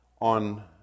on